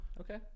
Okay